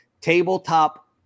Tabletop